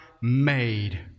made